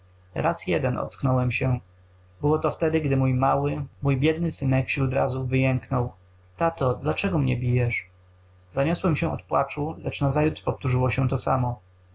raz jeden ocknąłem się było to wtedy gdy mój mały mój biedy synek wśród razów wyjęknął tato dlaczego mnie bijesz zaniosłem się od płaczu lecz nazajutrz powtórzyło się to samo